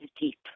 deep